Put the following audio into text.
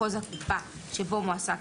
חולים בידי המנהל הרפואי של מחוז הקופה שבו מועסק